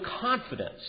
confidence